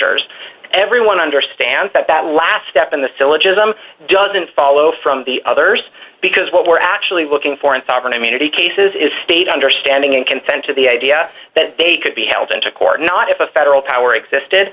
rs everyone understands that that last step in the syllogism doesn't follow from the others because what we're actually looking for in sovereign immunity cases is state understanding and consent to the idea that they could be held into court not a federal power existed